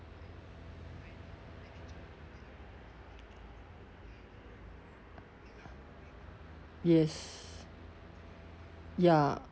yes ya